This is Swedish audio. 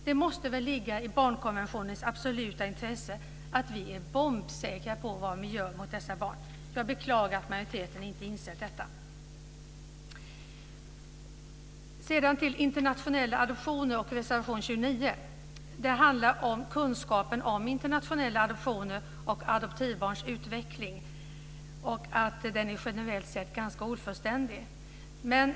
Det måste väl ligga i barnkonventionens absoluta intresse att vi är bombsäkra på vad vi gör mot dessa barn? Jag beklagar att majoriteten inte har insett detta. Sedan går jag till frågan om internationella adoptioner och reservation 29. Det handlar om kunskapen om internationella adoptioner och adoptivbarns utveckling, och att denna generellt sett är ganska ofullständig.